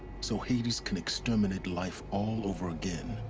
so hades can exterminate life all over again.